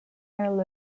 earl